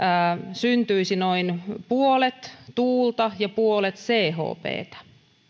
syntyisi noin puolet tuulta ja puolet chptä